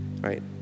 Right